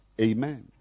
amen